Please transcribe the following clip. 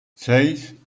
seis